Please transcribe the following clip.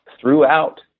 throughout